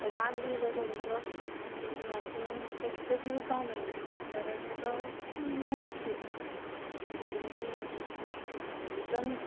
राग बी येयलो थोडोसो की आतां म्हाका तेका तें दिवपाक मेळना कारण तो डेमेज पीस आसा तेमी रिटर्न